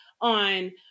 on